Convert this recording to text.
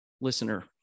listener